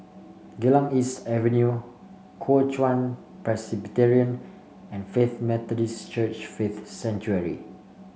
Geylang East Avenue Kuo Chuan Presbyterian and Faith Methodist Church Faith Sanctuary